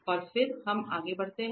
और फिर हम आगे बढ़ते हैं